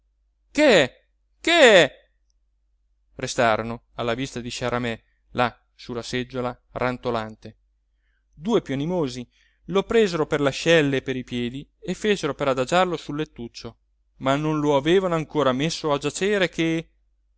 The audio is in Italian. che è restarono alla vista di sciaramè là sulla seggiola rantolante due piú animosi lo presero per le ascelle e per i piedi e fecero per adagiarlo sul lettuccio ma non lo avevano ancora messo a giacere che